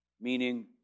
meaning